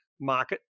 market